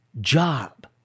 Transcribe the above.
job